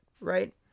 right